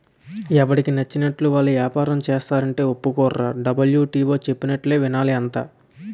ఎవడికి నచ్చినట్లు వాడు ఏపారం సేస్తానంటే ఒప్పుకోర్రా డబ్ల్యు.టి.ఓ చెప్పినట్టే వినాలి అంతా